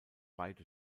beide